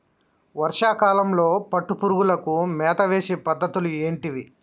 వర్షా కాలంలో పట్టు పురుగులకు మేత వేసే పద్ధతులు ఏంటివి?